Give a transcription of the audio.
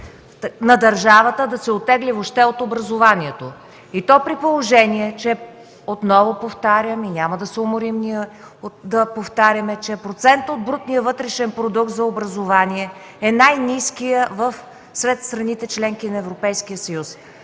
на държавата да се оттегли въобще от образованието, и то при положение, отново повтарям и ние няма да се уморим да повтаряме, че процентът от брутния вътрешен продукт за образование е най-ниският сред страните – членки на Европейския съюз.